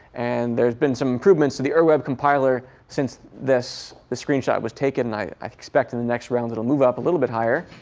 and there's been some improvements to the ur web compiler since this screenshot was taken. and i expect in the next round it'll move up a little bit higher.